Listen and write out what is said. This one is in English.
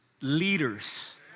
Leaders